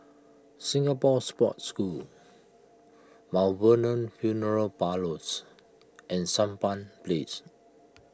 Singapore Sports School Mount Vernon funeral Parlours and Sampan Place